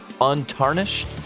untarnished